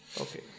okay